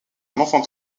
enfant